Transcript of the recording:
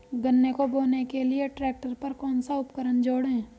गन्ने को बोने के लिये ट्रैक्टर पर कौन सा उपकरण जोड़ें?